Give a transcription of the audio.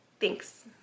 Thanks